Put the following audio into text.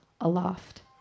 aloft